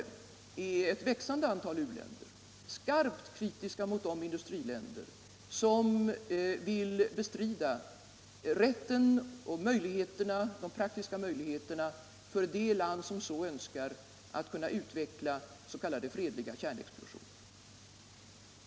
Ett växande antal u-länder är t.ex. starkt kritiska mot de industriländer som vill bestrida rätten och de praktiska möjligheterna för det land som så önskar att kunna utveckla s.k. fredliga kärnexplosioner.